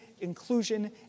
inclusion